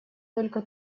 только